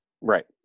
Right